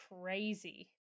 crazy